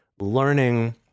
learning